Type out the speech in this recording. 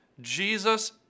Jesus